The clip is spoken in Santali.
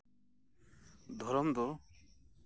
ᱫᱷᱚᱨᱚᱢ ᱫᱚ